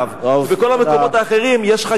בכל המקומות האחרים יש חגיגה.